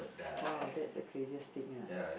!wow! that's the craziest thing ah